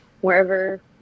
wherever